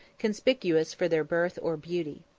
conspicuous for their birth or beauty.